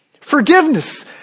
forgiveness